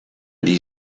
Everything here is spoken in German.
die